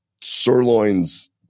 sirloins